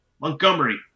Montgomery